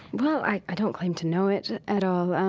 well, i don't claim to know it at all,